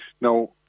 Now